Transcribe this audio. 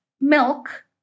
milk